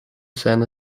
scene